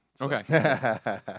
Okay